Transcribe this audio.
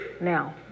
now